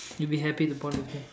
you'll be happy to bond with me